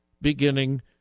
beginning